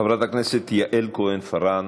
חברת הכנסת יעל כהן-פארן,